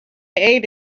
ate